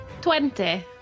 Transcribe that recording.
Twenty